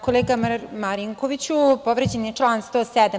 Kolega Marinkoviću, povređen je član 107.